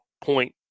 point